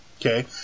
Okay